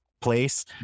place